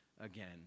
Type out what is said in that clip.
again